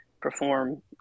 perform